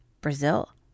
Brazil